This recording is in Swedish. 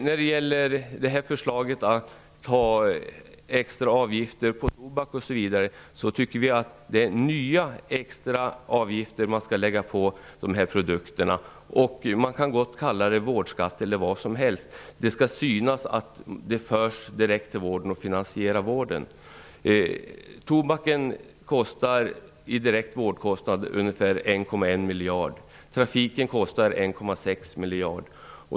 När det gäller förslaget att ta ut extra avgifter på t.ex. tobak tycker vi att man borde lägga på nya, extra avgifter på sådana produkter. Man kan gott kalla det vårdskatt, eller vad som helst. Det skall i alla fall synas att pengarna förs direkt till vården och finansierar den. Tobaken kostar direkt ungefär 1,1 miljard i vårdkostnader. Trafiken kostar 1,6 miljarder.